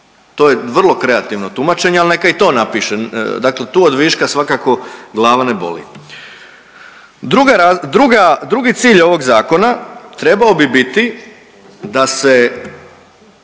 To je vrlo kreativno tumačenje, ali neka i to napiše, dakle tu od viška svakako glava ne boli. Druga, druga, drugi cilj ovog zakona trebao bi biti da se